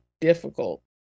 difficult